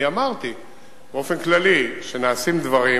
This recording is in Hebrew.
אמרתי באופן כללי שנעשים דברים,